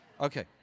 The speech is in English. Okay